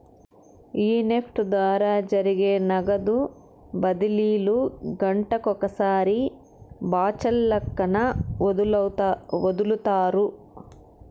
ఈ నెఫ్ట్ ద్వారా జరిగే నగదు బదిలీలు గంటకొకసారి బాచల్లక్కన ఒదులుతారు